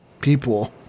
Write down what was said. people